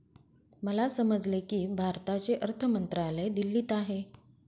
मला समजले की भारताचे अर्थ मंत्रालय दिल्लीत आहे